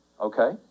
Okay